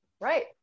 Right